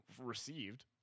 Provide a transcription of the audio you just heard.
received